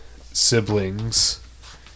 siblings